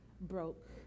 broke